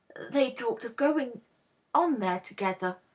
they talked of going on there together.